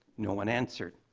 no one answered.